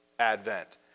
advent